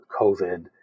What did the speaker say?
COVID